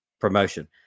promotion